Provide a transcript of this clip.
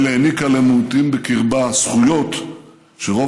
ישראל העניקה למיעוטים בקרבה זכויות שרוב